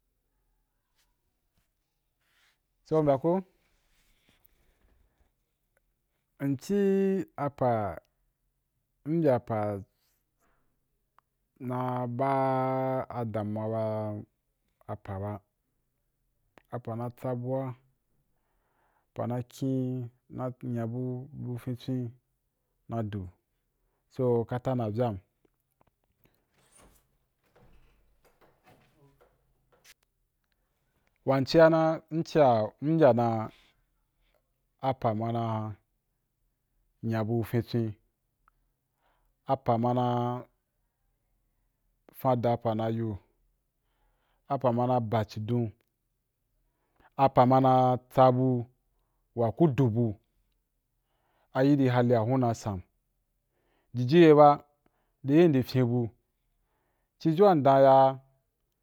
So u mbyaa ko, m ci apa’ mbyaa pa’ na baa’ a damuwa ba apa ba apa’ na tsabu’a, apa’ na kin na’ nya bu fintswen na du so, kata na vya’m so wan cia na mbyaa dan apa’ ma nya bu fintswen i, apa’ na fau da’a pa’ yi, apa’ mana baa’ cidon apa’ mana tsabu’a ku du bu, a iri hali ahun na san’ jiji’i ye ba, ri yim ndi fyen’i bu, ci dʒu wa m dan ba.